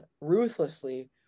ruthlessly